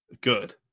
good